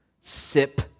Sip